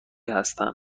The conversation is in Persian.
هستن